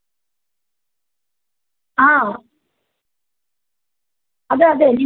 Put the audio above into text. ಹಾಂ ಅಂದ್ರೆ ಈಗ ನಾವು ಗಾಡಿ ಕೊಟ್ಟು ಕಳಿಸ್ಬೇಕಲ್ಲ ಮತ್ತು ಡೆಲ್ವರಿ ಚಾರ್ಜ್ ಬೀಳುತ್ತೈತಿ ನಿಮ್ಗೆ ಮತ್ತು